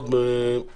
הבודדות